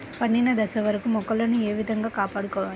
పండిన దశ వరకు మొక్కలను ఏ విధంగా కాపాడుకోవాలి?